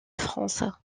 france